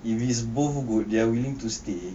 if it's both good they're willing to stay